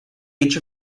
age